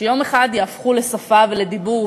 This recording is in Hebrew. שיום אחד יהפכו לשפה ולדיבור,